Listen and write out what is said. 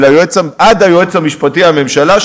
עד היועץ המשפטי לממשלה,